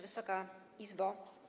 Wysoka Izbo!